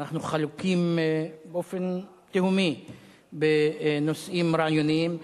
אנחנו חלוקים באופן תהומי בנושאים רעיוניים,